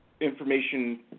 information